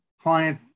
client